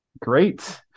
Great